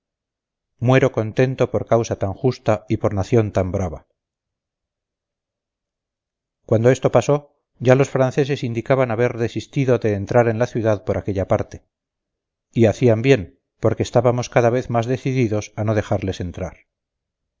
muero contento por causa tan justa y por nación tan brava cuando esto pasó ya los franceses indicaban haber desistido de entrar en la ciudad por aquella parte y hacían bien porque estábamos cada vez más decididos a no dejarles entrar